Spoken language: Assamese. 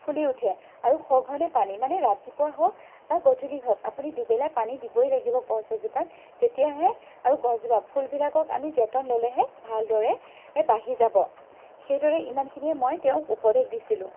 ফুলি উঠে আৰু সঘনে পানী মানে ৰাতিপুৱা হওঁক বা গধূলি হওঁক আপুনি দুবেলা পানী দিবই লাগিব গছ এজোপাত তেতিয়াহে আৰু গছজোপা ফুলবিলাকক আমি যতন ল'লেহে ভালদৰে বাঢ়ি যাব সেইদৰে ইমানখিনিয়ে মই তেওঁক উপদেশ দিছিলোঁ